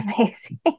amazing